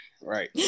Right